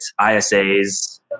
ISAs